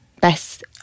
best